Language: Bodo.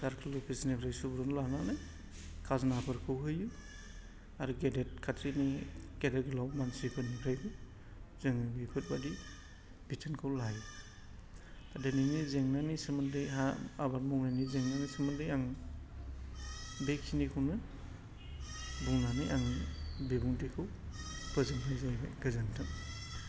सार्कल अफिसनिफ्राय सुबुरुन लानानै खाजोनाफोरखौ होयो आरो गेदेर खात्रिनि गेदेर गोलाव मानसिफोरनिफ्रायबो जोङो बेफोरबायदि बिथोनखौ लायो दा दिनैनि जेंनानि सोमोन्दै हा आबाद मावनायनि जेंनानि सोमोन्दै आं बेखिनिखौनो बुंनानै आंनि बिबुंथिखौ फोजोबनाय जाहैबाय गोजोन्थों